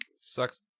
sucks